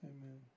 Amen